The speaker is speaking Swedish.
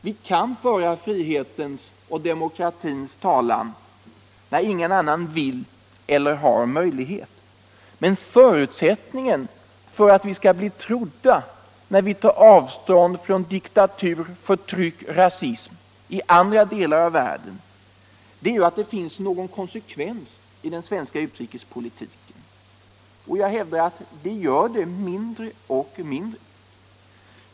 Vi kan föra frihetens och demokratins talan när ingen annan vill eller har möjlighet. Men förutsättningen för att vi skall bli trodda när vi tar avstånd från diktatur, förtryck och rasism i andra delar av världen är att det finns någon konsekvens i den svenska utrikespolitiken. Jag hävdar att det gör det mindre och mindre.